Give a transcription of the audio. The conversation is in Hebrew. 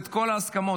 כל ההסכמות.